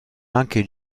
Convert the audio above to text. anche